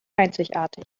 einzigartig